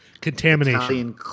Contamination